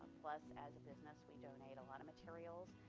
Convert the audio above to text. plus, as business, we donate a lot of materials.